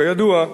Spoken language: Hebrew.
כידוע,